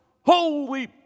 holy